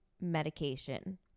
medication